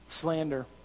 Slander